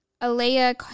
Alea